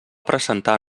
presentar